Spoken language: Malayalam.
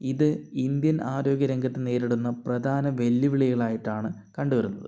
ഇത് ഇന്ത്യൻ ആരോഗ്യ രംഗത്ത് നേരിടുന്ന പ്രധാന വെല്ലുവിളികൾ ആയിട്ടാണ് കണ്ടു വരുന്നത്